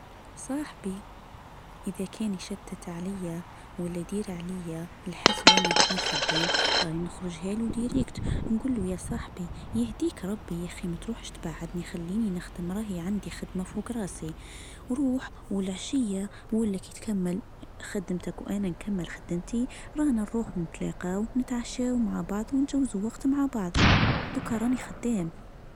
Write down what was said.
صاحبي إذا كان يشتت علي ولا دير عليا الحس وانا اكون خدام. رائ نخرجهله ديركت نجوله يا صاحبي يهديك ربي يا اخي ما تروحش تبعدني خليني نخدم راهي عندي خدمه فوج راسي وروح والعشيه ولا تكمل خدمتك وانا نكمل خدمتي رانا نروح نتلاقاو ونتعشى مع بعض ونتجوز وقت مع بعض بكره راني خدام.